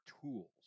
tools